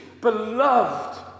beloved